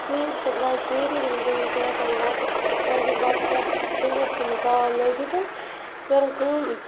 ژیٖرۍ سۄ درٛاے ژیٖری دوٚپُن بہٕ یِم ژیر تام واپَس کٲجُک بَتہٕ کھٮ۪تھ تہٕ تٔمۍ ٲس تھٲومٕژ دال لٲگِتھ حظ کٔرٕن کٲم